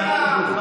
הקהילה שלנו גם.